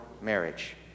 marriage